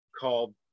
called